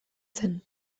zen